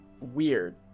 weird